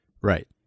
Right